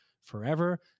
forever